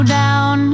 down